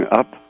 up